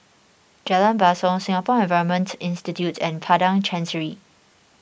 Jalan Basong Singapore Environment Institute and Padang Chancery